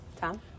Tom